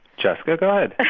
jessica, go ahead